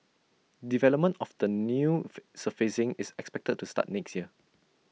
development of the new surfacing is expected to start next year